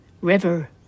River